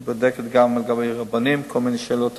היא בודקת גם עם רבנים, כל מיני שאלות הלכתיות,